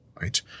right